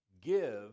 Give